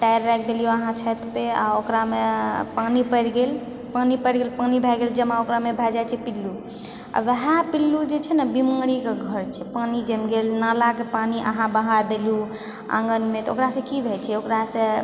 आब टायर राखि देलियै वहां छतपर ओकरामे पानि पड़ि गेल पानिम भए गेल जमा ओकरामे भए जाइ छै पील्लू आओर वएह पील्लू जे छै ने बीमारीके घर छियै पानी जमि गेल नालाके पानि अहाँ बहाए देलहुँ आँगनमे तऽ ओकरासँ की होइ छै ओकरासँ